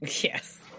Yes